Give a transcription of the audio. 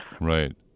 right